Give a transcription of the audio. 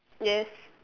yes